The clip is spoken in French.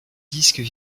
disques